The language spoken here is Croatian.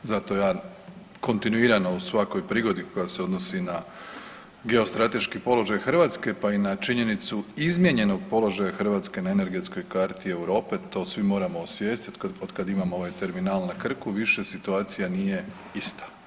Zato ja kontinuirano u svakoj prigodi koja se odnosi na geostrateški položaj Hrvatske, pa i na činjenicu izmijenjenog položaja Hrvatske na energetskoj karti Europe, to svi moramo osvijestiti, otkad imamo ovaj terminal na Krku, više situacija nije ista.